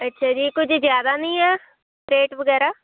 ਅੱਛਾ ਜੀ ਕੁਝ ਜ਼ਿਆਦਾ ਨਹੀਂ ਆ ਰੇਟ ਵਗੈਰਾ